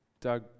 doug